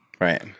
Right